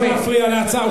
לא להפריע להצעה.